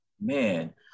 Man